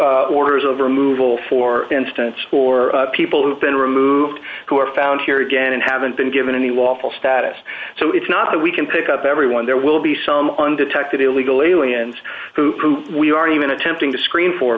ders of removal for instance for people who've been removed who are found here again and haven't been given any lawful status so it's not that we can pick up everyone there will be some undetected illegal aliens who we aren't even attempting to screen for